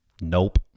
Nope